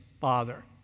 Father